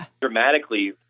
dramatically